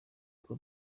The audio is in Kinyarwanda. uko